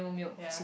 ya